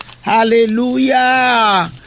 Hallelujah